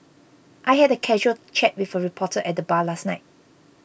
I had a casual chat with a reporter at the bar last night